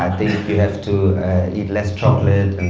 you have to eat less chocolate.